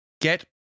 get